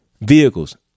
vehicles